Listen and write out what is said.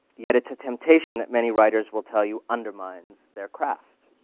yet, it's a temptation that many writers will tell you undermines their craft.